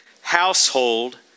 Household